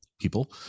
people